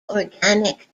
organic